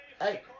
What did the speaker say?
hey